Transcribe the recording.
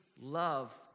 love